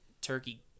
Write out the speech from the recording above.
turkey